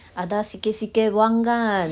ada sikit sikit wang kan